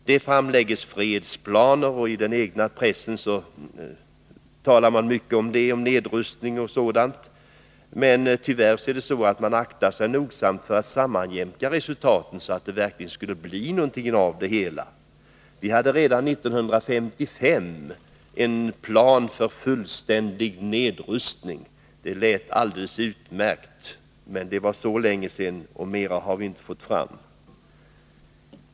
Det framläggs fredsplaner, och i den egna pressen talar man mycket om nedrustning och sådant, men man aktar sig nogsamt för att sammanjämka sina planer, så att det verkligen blir något resultat av det hela. Vi hade redan 1955 en plan för fullständig nedrustning. Det lät alldeles utmärkt! Men det var alltså länge sedan, och mer har vi inte fått fram.